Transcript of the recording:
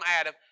Adam